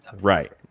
right